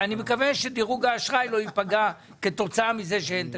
אני מקווה שדירוג האשראי לא ייפגע כתוצאה מזה שאין תקציב.